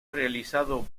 realizado